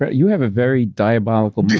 you have a very diabolical